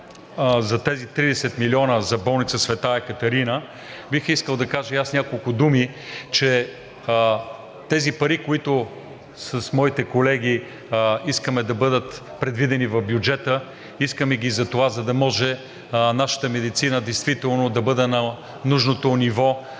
за тези 30 милиона за болница „Света Екатерина“, бих искал да кажа и аз няколко думи, че тези пари, които с моите колеги искаме да бъдат предвидени в бюджета, искаме ги затова, за да може нашата медицина действително да бъде на нужното ниво,